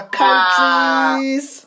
countries